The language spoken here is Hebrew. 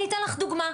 אני אתן לך דוגמה,